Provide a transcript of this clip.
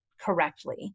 correctly